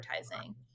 advertising